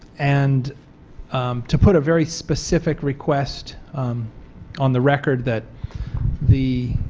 and to put a very specific request on the record that the